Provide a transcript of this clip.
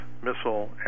missile